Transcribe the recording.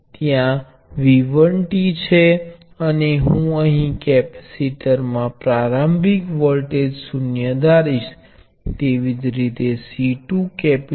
તેથી પ્રવાહ સ્ત્રોતો નું સમાંતર જોડાણ એકલ વર્તમાન સ્રોત ને સમાન છે જેનું મૂલ્ય વ્યક્તિગત પ્ર્વાહ સ્રોતોનો સરવાળો છે